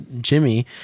Jimmy